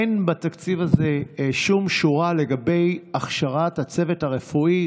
אין בתקציב הזה שום שורה לגבי הכשרת הצוות הרפואי,